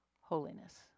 holiness